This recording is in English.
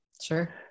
Sure